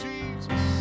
Jesus